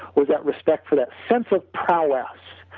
we got respect for that sense of prowess,